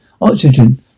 oxygen